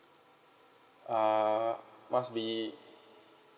uh must be